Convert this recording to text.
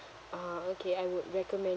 uh okay I would recommend